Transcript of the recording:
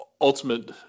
ultimate